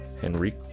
Henry